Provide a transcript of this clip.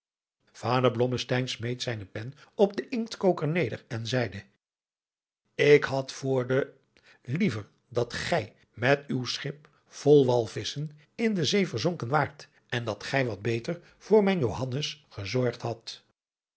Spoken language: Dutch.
blommesteyn smeet zijne pen op den inktkoker neder en zeide ik had voor den liever dat gij met uw schip vol walvisschen in de zee verzonken waart en dat gij wat beter voor mijn johannes gezorgd hadt